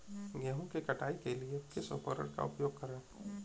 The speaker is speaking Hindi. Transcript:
गेहूँ की कटाई करने के लिए किस उपकरण का उपयोग करें?